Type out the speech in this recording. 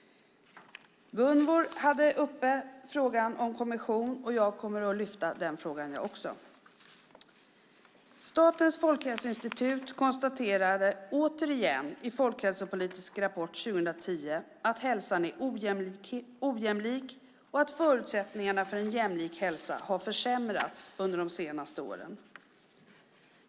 Gunvor G Ericson tog upp frågan om en kommission, och jag kommer att lyfta upp den frågan också. Statens folkhälsoinstitut konstaterar återigen i Folkhälsopolitisk rapport 2010 att hälsan är ojämlik och att förutsättningarna för en jämlik hälsa har försämrats under de senaste åren.